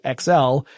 XL